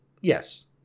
yes